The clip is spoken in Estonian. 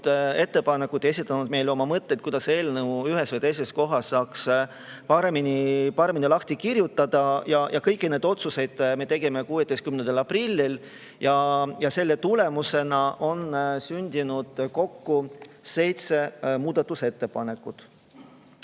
ettepanekuid ja esitanud meile oma mõtteid, kuidas saaks eelnõu ühes või teises kohas paremini lahti kirjutada. Kõik need otsused me tegime 16. aprillil ja selle tulemusena on sündinud kokku seitse muudatusettepanekut. Kolm